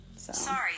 Sorry